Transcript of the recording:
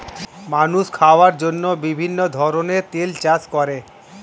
মানুষ খাওয়ার জন্য বিভিন্ন ধরনের তেল চাষ করে